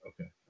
okay